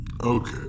Okay